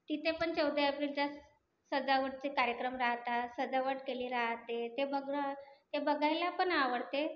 तिथे पण चौदा एप्रिलचाच सजावटचे कार्यक्रम राहतात सजावट केली राहते ते बघा ते बघायला पण आवडते